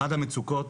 אחד המצוקות,